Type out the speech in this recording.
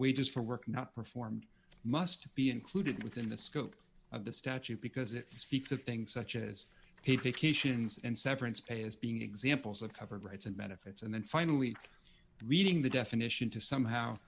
wages for work not performed must be included within the scope of the statute because it speaks of things such as paid vacations and severance pay as being examples of covered rights and benefits and then finally reading the definition to somehow